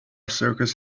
circus